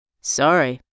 Sorry